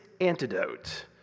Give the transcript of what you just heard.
antidote